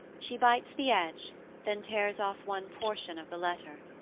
she bites the edge, then tears off one portion of the letter.